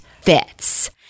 fits